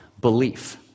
belief